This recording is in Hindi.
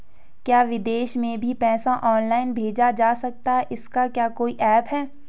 क्या विदेश में भी पैसा ऑनलाइन भेजा जा सकता है इसका क्या कोई ऐप है?